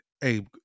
Hey